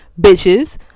bitches